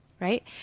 right